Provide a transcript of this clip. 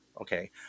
okay